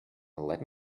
let